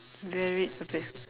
very